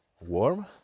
Warm